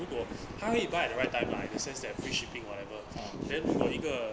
如果她会 buy at the right time lah in the sense that free shipping whatever then 如果一个